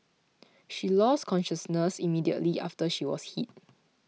she lost consciousness immediately after she was hit